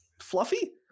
Fluffy